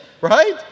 right